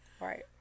Right